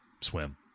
swim